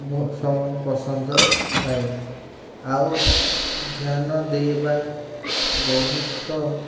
ପସନ୍ଦ ଥାଏ ଆଉ ଧ୍ୟାନ ଦେବା ବହୁତ